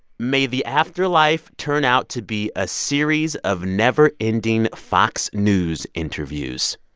may the afterlife turn out to be a series of never-ending fox news interviews.